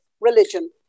religion